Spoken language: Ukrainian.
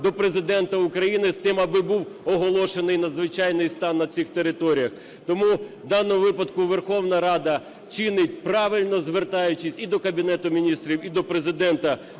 до Президента України з тим, аби був оголошений надзвичайний стан на цих територіях. Тому в даному випадку Верховна Рада чинить правильно, звертаючись і до Кабінету Міністрів, і до Президента України